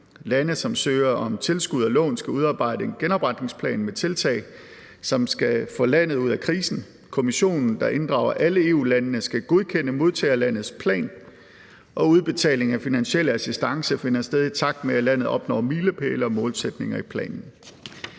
Lande, som søger om tilskud og lån, skal udarbejde en genopretningsplan med tiltag, som skal få landet ud af krisen. Kommissionen, der inddrager alle EU-landene, skal godkende modtagerlandets plan, og udbetaling af finansiel assistance finder sted, i takt med at landet opnår milepæle og målsætninger i planen.